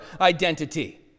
identity